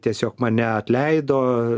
tiesiog mane atleido